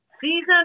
season